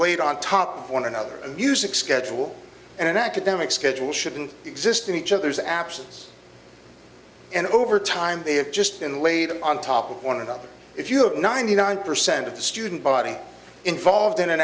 laid on top of one another and music schedule and an academic schedule shouldn't exist in each other's absence and over time they have just been laid on top of one another if you have ninety nine percent of the student body involved in an